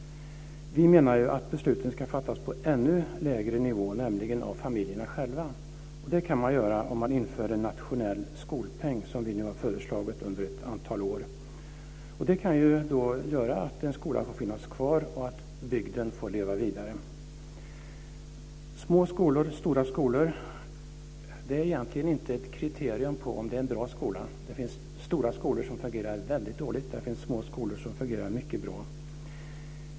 Vi menar att besluten ska fattas på ännu lägre nivå, nämligen av familjerna själva. Det kan de göra om man inför en nationell skolpeng som vi har föreslagit under ett antal år. Det kan ju då göra att en skola får finnas kvar och att bygden får leva vidare. Små skolor eller stora skolor är egentligen inte kriterier på att det är bra skolor. Det finns stora skolor som fungerar väldigt dåligt. Det finns små skolor som fungerar mycket bra.